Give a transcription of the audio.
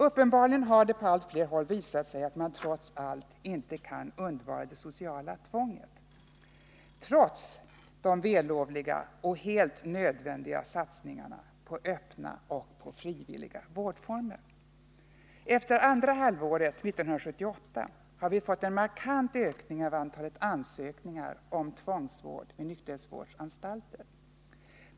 Uppenbarligen har det på allt fler håll visat sig att man trots allt inte kan undvara det sociala tvånget — trots de vällovliga och helt nödvändiga satsningarna på öppna och frivilliga vårdformer. Efter andra halvåret 1978 har vi fått en markant ökning av antalet ansökningar om tvångsvård vid nykterhetsvårdsanstalter.